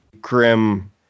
grim